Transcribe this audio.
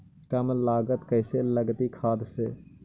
कम लागत कैसे लगतय खाद से?